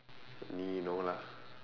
!ee! no lah